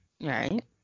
Right